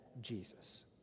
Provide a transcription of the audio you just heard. Jesus